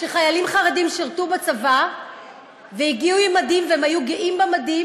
שחיילים חרדים שירתו בצבא והגיעו עם מדים והם היו גאים במדים.